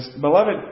beloved